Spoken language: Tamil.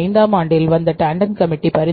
1975 ஆம் ஆண்டில் வந்த டாண்டன் கமிட்டிஆய்வு